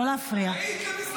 לא להפריע.